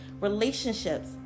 relationships